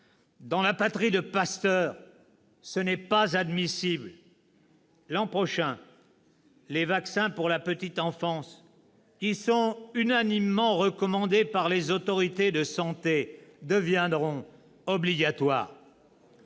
Dans la patrie de Pasteur, ce n'est pas admissible ! L'an prochain, les vaccins pour la petite enfance qui sont unanimement recommandés par les autorités de santé deviendront obligatoires.